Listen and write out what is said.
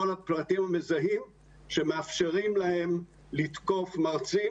הפרטים המזהים שמאפשרים להם לתקוף מרצים